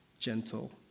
gentle